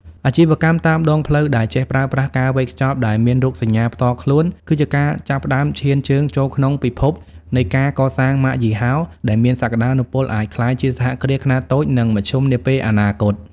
អាជីវកម្មតាមដងផ្លូវដែលចេះប្រើប្រាស់ការវេចខ្ចប់ដែលមានរូបសញ្ញាផ្ទាល់ខ្លួន គឺជាការចាប់ផ្ដើមឈានជើងចូលក្នុងពិភពនៃការកសាងម៉ាកយីហោ ដែលមានសក្ដានុពលអាចក្លាយជាសហគ្រាសខ្នាតតូច និងមធ្យមនាពេលអនាគត។